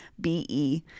B-E